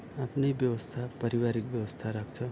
आफ्नै व्यवस्था पारिवारिक व्यवस्था राख्छ